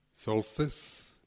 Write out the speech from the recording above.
solstice